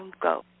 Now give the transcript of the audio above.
Go